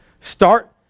Start